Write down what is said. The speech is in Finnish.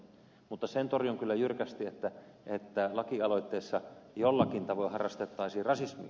mutta sen torjun kyllä jyrkästi että lakialoitteessa jollakin tavoin harrastettaisiin rasismia